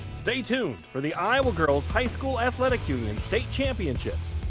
stay tuned for the iowa girls high school athletic union state championships,